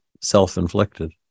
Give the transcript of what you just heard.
self-inflicted